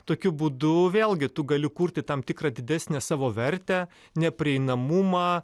tokiu būdu vėlgi tu gali kurti tam tikrą didesnę savo vertę neprieinamumą